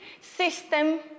system